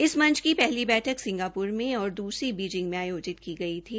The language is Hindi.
इस मंच की पहली बैठक सिंगाप्रा में ओर बीजिंग में आयोजित की गई थी